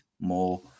more